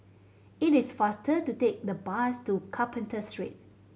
it is faster to take the bus to Carpenter Street